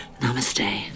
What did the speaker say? Namaste